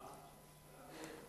גם מבפנים.